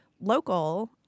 local